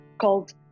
called